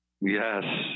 Yes